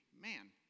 man